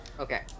Okay